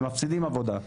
הם מפסידים עבודה,